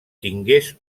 tingués